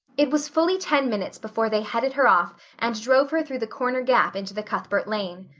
it was fully ten minutes before they headed her off and drove her through the corner gap into the cuthbert lane.